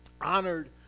Honored